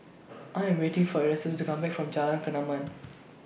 I Am waiting For Erastus to Come Back from Jalan Kemaman